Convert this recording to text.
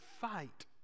fight